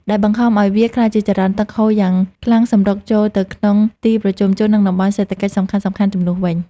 ដែលបង្ខំឱ្យវាក្លាយជាចរន្តទឹកហូរយ៉ាងខ្លាំងសម្រុកចូលទៅក្នុងទីប្រជុំជន និងតំបន់សេដ្ឋកិច្ចសំខាន់ៗជំនួសវិញ។